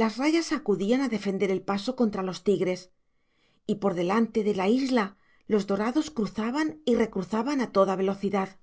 las rayas acudían a defender el paso contra los tigres y por delante de la isla los dorados cruzaban y recruzaban a toda velocidad ya